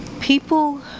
people